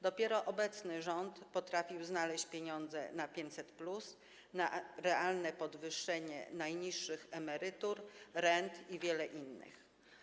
Dopiero obecny rząd potrafił znaleźć pieniądze na 500+, na realne podwyższenie najniższych emerytur, rent i wiele innych.